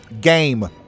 Game